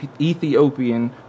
Ethiopian